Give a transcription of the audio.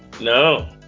No